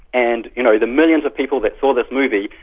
and you know the millions of people that saw this movie,